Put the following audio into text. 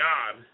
God